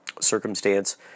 circumstance